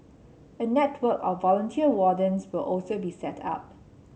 a network of volunteer wardens will also be set up